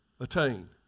Attain